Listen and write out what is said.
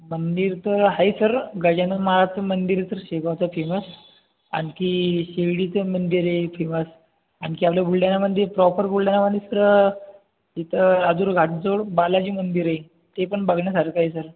मंदिर तर आहे सर गजानन महाराजचं मंदिर तर शेगावचं फेमस आणखी शिर्डीचं मंदिर आहे फीमस आणखी आपलं बुलढाण्यामधे प्रॉपर बुलढाणामधे तर तिथं राजूर घाट जवळ बालाजी मंदिर आहे ते पण बघण्यासारखं आहे सर